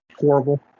horrible